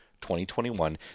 2021